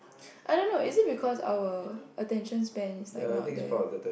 I don't know is it because our attention span is like not there